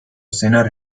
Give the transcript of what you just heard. sinner